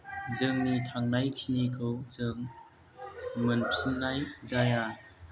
जोंनि थांनायखिनिखौ जों मोनफिननाय जाया